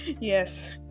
Yes